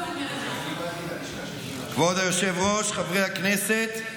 כבוד היושב-ראש, חברי הכנסת,